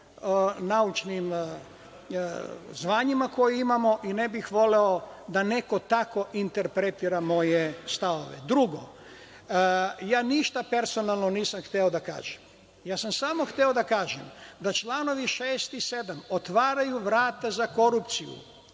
naučnim zvanjima koje imamo i ne bih voleo da neko tako interpretira moje stavove. Drugo, ništa personalno nisam hteo da kažem, samo sam hteo da kažem da članovi 6. i 7. otvaraju vrata za korupciju,